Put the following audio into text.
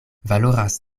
valoras